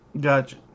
Gotcha